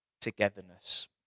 togetherness